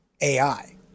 AI